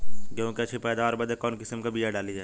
गेहूँ क अच्छी पैदावार बदे कवन किसीम क बिया डाली जाये?